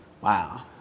Wow